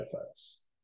effects